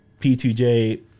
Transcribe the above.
P2J